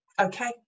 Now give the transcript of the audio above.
okay